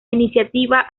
iniciativa